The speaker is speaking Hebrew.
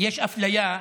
יש אפליה,